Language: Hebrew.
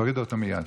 תורידו אותו מייד.